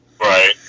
Right